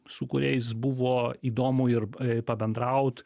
su kuriais buvo įdomu ir pabendraut